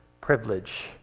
privilege